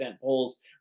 polls